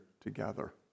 together